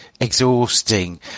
exhausting